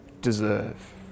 deserve